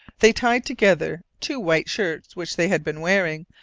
they tied together two white shirts which they had been wearing,